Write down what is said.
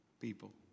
people